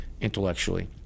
intellectually